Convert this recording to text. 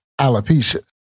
alopecia